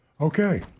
Okay